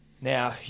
Now